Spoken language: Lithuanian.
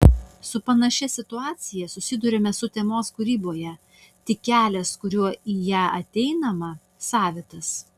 su panašia situacija susiduriame sutemos kūryboje tik kelias kuriuo į ją ateinama savitas